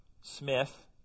Smith